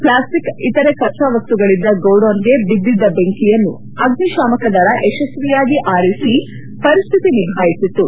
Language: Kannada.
ಪ್ಲಾಸ್ಟಿಕ್ ಇತರೆ ಕಚ್ಚಾವಸ್ತುಗಳಿದ್ದ ಗೋಡೌನ್ಗೆ ಬಿದ್ದಿದ್ದ ಬೆಂಕಿಯನ್ನು ಅಗ್ನಿಶಾಮಕದಳ ಯಶಸ್ವಿಯಾಗಿ ಆರಿಸಿ ಪರಿಸ್ವಿತಿ ನಿಭಾಯಿಸಿತು